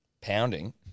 pounding